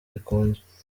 ikunzwe